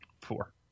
Four